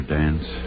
dance